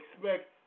expect